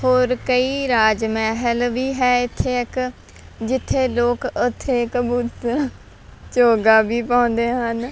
ਹੋਰ ਕਈ ਰਾਜ ਮਹਿਲ ਵੀ ਹੈ ਇੱਥੇ ਇੱਕ ਜਿੱਥੇ ਲੋਕ ਉੱਥੇ ਕਬੂਤਰ ਚੋਗਾ ਵੀ ਪਾਉਂਦੇ ਹਨ